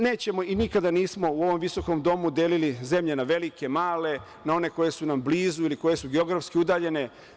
Nećemo i nikada nismo u ovom visokom domu delili zemlje na velike, male, na one koje su nam blizu ili koje su geografski udaljene.